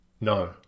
no